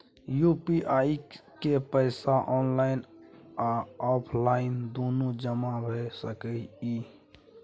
UPI के पैसा online आ ऑफलाइन दुनू जमा भ सकै इ?